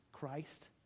Christ